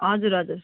हजुर हजुर